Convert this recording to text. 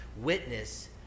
witness